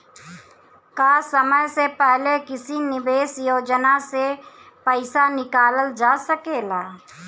का समय से पहले किसी निवेश योजना से र्पइसा निकालल जा सकेला?